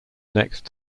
next